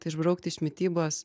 tai išbraukti iš mitybos